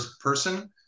person